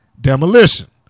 Demolition